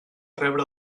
rebre